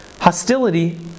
Hostility